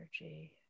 energy